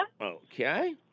Okay